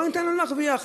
לא ניתן להם להרוויח.